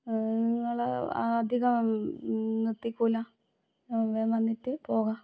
നിങ്ങളെ അധികം നിർത്തിക്കൂല്ല എ വേഗം വന്നിട്ട് പോകാം